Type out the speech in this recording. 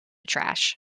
trash